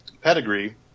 pedigree